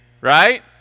right